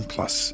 Plus